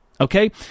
okay